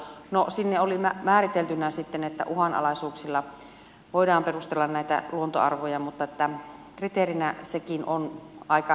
no sinne oli määriteltynä sitten että uhanalaisuuksilla voidaan perustella näitä luontoarvoja mutta kriteerinä sekin on aika heppoinen sitten loppujen lopuksi